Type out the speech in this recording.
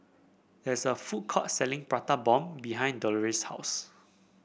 there is a food court selling Prata Bomb behind Delores' house